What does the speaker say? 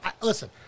Listen